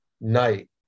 night